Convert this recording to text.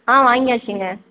ஆ வாங்யாச்சிங்க